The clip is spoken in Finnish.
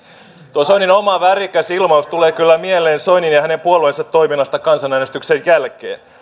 tuo soinin oma värikäs ilmaus tulee kyllä mieleen soinin ja ja hänen puolueensa toiminnasta kansanäänestyksen jälkeen